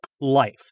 life